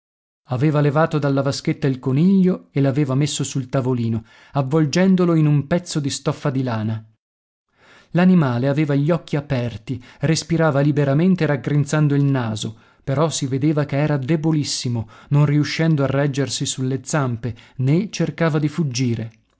aveva levato dalla vaschetta il coniglio e l'aveva messo sul tavolino avvolgendolo in un pezzo di stoffa di lana l'animale aveva gli occhi aperti respirava liberamente raggrinzando il naso però si vedeva che era debolissimo non riuscendo a reggersi sulle zampe né cercava di fuggire